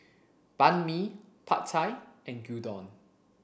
Banh Mi Pad Thai and Gyudon